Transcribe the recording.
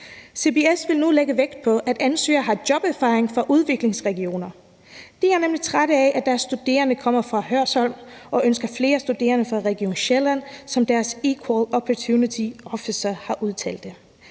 CBS vil nu lægge vægt på, at ansøgere har joberfaring fra udviklingsregioner. De er nemlig trætte af, at deres studerende kommer fra Hørsholm, og de ønsker flere studerende fra Region Sjælland, som deres Equal Opportunity Officer har udtalt